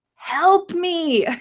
help me.